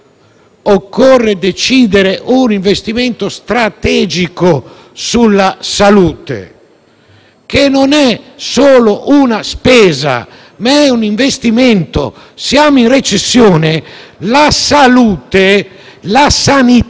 Occorre decidere un investimento strategico sulla salute, che non è solo una spesa, ma è un investimento. Noi siamo in recessione. La salute, la sanità,